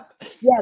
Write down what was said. Yes